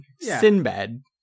Sinbad